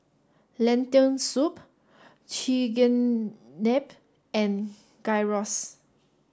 Lentil Soup Chigenabe and Gyros